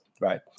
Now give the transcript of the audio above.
right